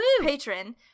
patron